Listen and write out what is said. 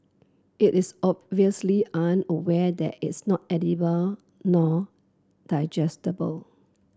it is obviously unaware that it's not edible nor digestible